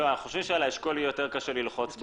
אנחנו חושבים שיהיה יותר קשה ללחוץ על